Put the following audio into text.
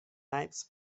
naips